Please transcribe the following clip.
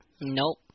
nope